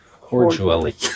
Cordially